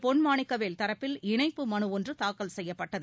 பொன் மாணிக்கவேல் தரப்பில் இணைப்பு மனு ஒன்று தாக்கல் செய்யப்பட்டது